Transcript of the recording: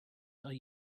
are